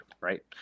right